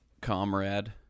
comrade